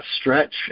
Stretch